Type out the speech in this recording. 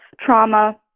trauma